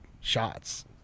shots